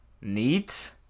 Neat